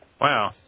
Wow